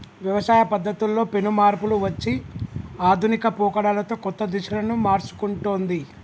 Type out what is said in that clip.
వ్యవసాయ పద్ధతుల్లో పెను మార్పులు వచ్చి ఆధునిక పోకడలతో కొత్త దిశలను మర్సుకుంటొన్ది